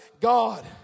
God